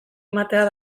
ematean